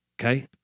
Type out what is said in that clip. Okay